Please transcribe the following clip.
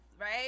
right